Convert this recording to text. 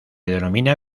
denomina